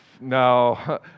No